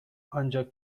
ancak